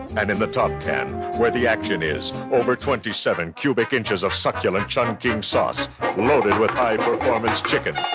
and in the top can where the action is, over twenty seven cubic inches of succulent chun king sauce loaded with high-performance chicken.